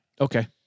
Okay